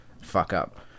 fuck-up